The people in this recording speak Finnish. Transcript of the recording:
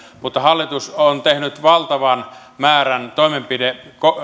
mutta hallitus on tehnyt valtavan määrän toimenpiteitä